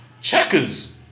Checkers